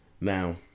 Now